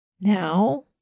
Now